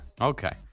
Okay